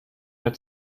mehr